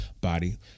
body